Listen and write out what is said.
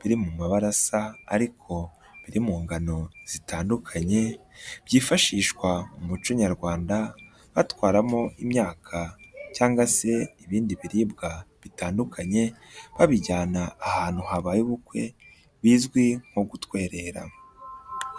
biri mu mabara asa ariko biri mu ngano zitandukanye. Byifashishwa mu muco nyarwanda batwaramo imyaka cyangwa se ibindi biribwa bitandukanye, babijyana ahantu habaye ubukwe bizwi nko gutwerera.